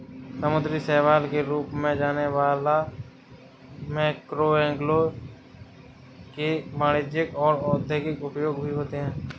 समुद्री शैवाल के रूप में जाने वाला मैक्रोएल्गे के वाणिज्यिक और औद्योगिक उपयोग भी होते हैं